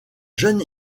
jeune